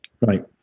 Right